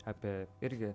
apie irgi